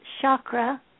chakra